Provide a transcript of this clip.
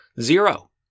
Zero